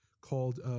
called